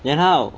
then how